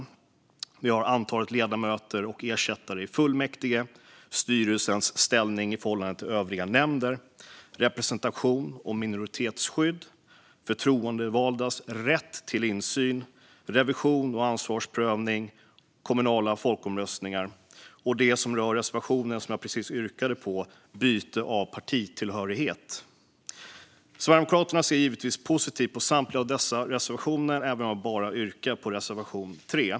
Det handlar även om antalet ledamöter och ersättare i fullmäktige, styrelsens ställning i förhållande till övriga nämnder, representation och minoritetsskydd, förtroendevaldas rätt till insyn, revision och ansvarsprövning, kommunala folkomröstningar och det som rör den reservation som jag precis yrkade bifall till, nämligen byte av partitillhörighet. Sverigedemokraterna ser givetvis positivt på samtliga av dessa reservationer, även om vi bara yrkar bifall till reservation 3.